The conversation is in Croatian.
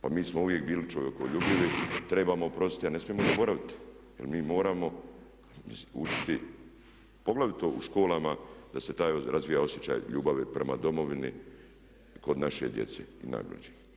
Pa mi smo uvijek bili čovjekoljubivi, trebamo oprostiti, ali ne smijemo zaboraviti jer mi moramo učiti poglavito u školama da se taj razvija osjećaj ljubavi prema Domovini kod naše djece i najmlađih.